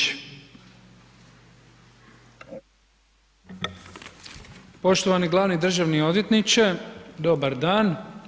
Poštovani glavni državni odvjetniče, dobar dan.